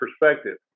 perspective